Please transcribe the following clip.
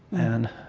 and